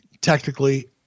technically